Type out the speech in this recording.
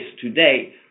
today